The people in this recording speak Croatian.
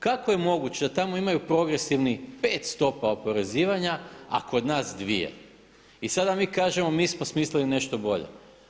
Kako je moguće da tamo imaju progresivni pet stopa oporezivanja, a kod nas dvije i sada mi kažemo mi smo smislili nešto bolje.